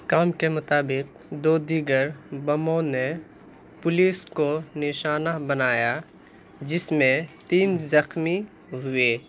حکام کے مطابق دو دیگر بموں نے پولیس کو نشانہ بنایا جس میں تین زخمی ہوئے